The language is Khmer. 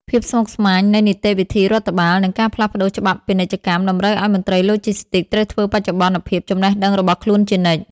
ភាពស្មុគស្មាញនៃនីតិវិធីរដ្ឋបាល និងការផ្លាស់ប្តូរច្បាប់ពាណិជ្ជកម្ម តម្រូវឱ្យមន្ត្រីឡូជីស្ទីកត្រូវធ្វើបច្ចុប្បន្នភាពចំណេះដឹងរបស់ខ្លួនជានិច្ច។